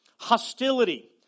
Hostility